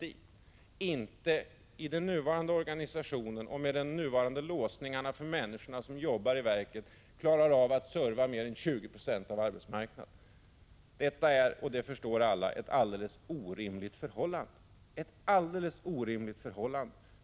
det verket klarar med nuvarande organisation och dess låsningar inte av att serva mer än 20 2 av arbetsmarknaden. Som alla förstår är detta ett alldeles orimligt förhåHande.